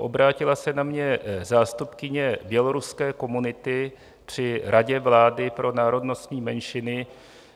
Obrátila se na mě zástupkyně běloruské komunity při Radě vlády pro národnostní menšiny,